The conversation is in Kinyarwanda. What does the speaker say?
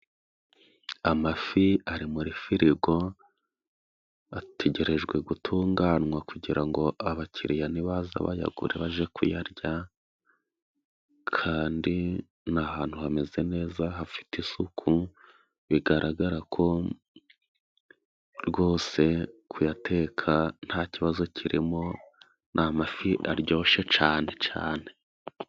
Amafi ari muri firigo ategerejwe gutunganywa, kugira ngo abakiriya ni baza bayagure, bajye kuyarya kandi ni ahantu hameze neza hafite isuku, bigaragara ko rwose kuyateka nta kibazo kirimo, ni amafi aryoshye cyane cyane.